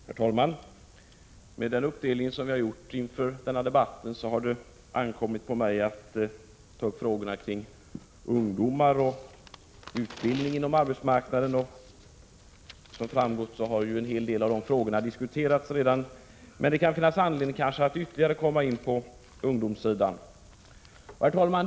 Herr talman! Med den uppdelning som vi gjort inför denna debatt har det ankommit på mig att ta upp frågorna kring ungdomar och utbildningen inom arbetsmarknaden. En hel del av dessa frågor har ju redan diskuterats, men det kan kanske finnas anledning att ytterligare beröra ungdomssidan. Herr talman!